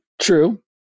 True